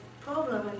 problem